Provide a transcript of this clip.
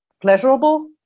pleasurable